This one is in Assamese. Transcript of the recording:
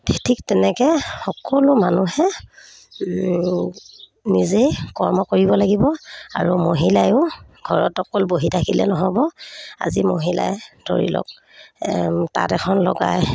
ঠিক তেনেকৈ সকলো মানুহে নিজেই কৰ্ম কৰিব লাগিব আৰু মহিলায়ো ঘৰত অকল বহি থাকিলে নহ'ব আজি মহিলাই ধৰি লওক তাঁত এখন লগাই